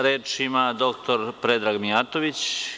Reč ima dr Predrag Mijatović.